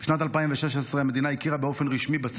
לצערנו הרב.